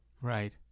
Right